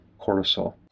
cortisol